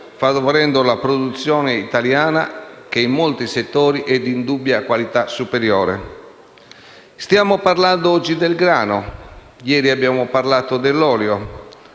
favorendo la produzione italiana che in molti settori è di qualità indubbiamente superiore. Oggi stiamo parlando del grano, ieri abbiamo parlato dell'olio,